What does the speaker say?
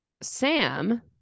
Sam